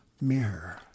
mirror